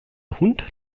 hund